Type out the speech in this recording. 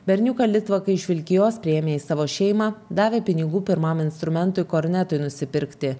berniuką litvakai iš vilkijos priėmė į savo šeimą davė pinigų pirmam instrumentui kornetui nusipirkti